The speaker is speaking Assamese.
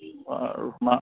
আৰু মা